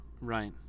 Right